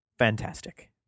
Fantastic